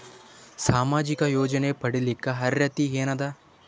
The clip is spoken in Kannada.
ಸಾಮಾಜಿಕ ಯೋಜನೆ ಪಡಿಲಿಕ್ಕ ಅರ್ಹತಿ ಎನದ?